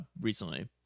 recently